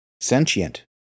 sentient